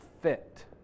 fit